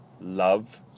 love